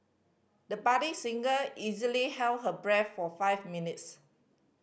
the budding singer easily held her breath for five minutes